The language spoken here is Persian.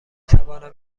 توانم